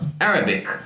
Arabic